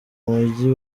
mujyi